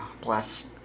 Bless